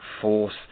force